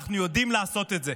אנחנו יודעים לעשות את זה.